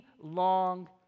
long